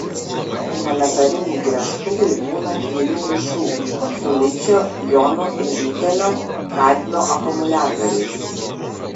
akumuliatoriniai gręžtuvai būna dviejų rūšių su ličio jonų ir nikelio kadmio akumuliatoriais